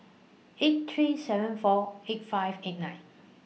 eight three seven four eight five eight nine